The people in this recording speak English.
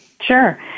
Sure